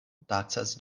taksas